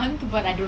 கோழி:kozhi